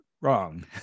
wrong